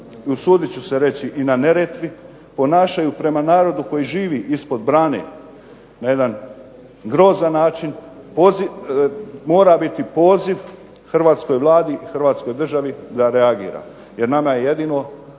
i usudit ću se reći i na Neretvi ponašaju prema narodu koji živi ispod brane na jedan grozan način, mora biti poziv hrvatskoj Vladi i hrvatskoj državi da reagira, jer nama je jedino